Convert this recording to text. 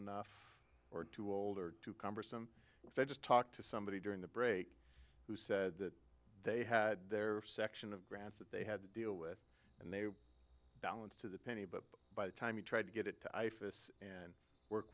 enough or too old or too cumbersome so i just talked to somebody during the break who said that they had their section of grants that they had to deal with and they balance to the penny but by the time you tried to get it to ifas and work